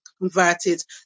Converted